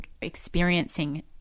experiencing